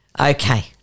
Okay